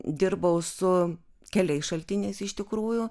dirbau su keliais šaltiniais iš tikrųjų